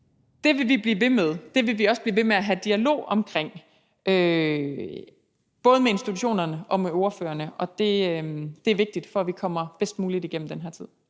det vil vi også blive ved med at have dialog om både med institutionerne og med ordførerne. Det er vigtigt, for at vi kommer bedst muligt igennem den her tid.